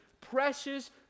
precious